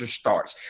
starts